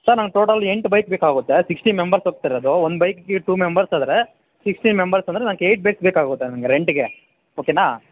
sir ನನಗೆ total ಎಂಟು bike ಬೇಕಾಗುತ್ತೆ ಸಿಕ್ಸ್ಟೀನ್ ಮೆಂಬರ್ಸ್ ಹೋಗ್ತಿರೋದು ಒಂದು ಬೈಕಗೆ ಟೂ ಮೆಂಬರ್ಸ್ ಆದರೆ ಸಿಕ್ಸ್ಟೀನ್ ಮೆಂಬರ್ಸ್ ಅಂದರೆ ನನಗೆ ಏಟ್ ಬೈಕ್ಸ್ ಬೇಕಾಗುತ್ತೆ ರೆಂಟ್ಗೆ ಓಕೆನಾ